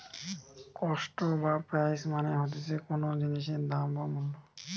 cost বা price মানে হতিছে কোনো জিনিসের দাম বা মূল্য